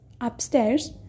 upstairs